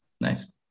Nice